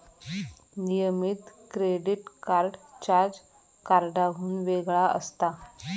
नियमित credit card charge कार्डाहुन वेगळा असता